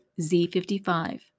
Z55